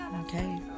Okay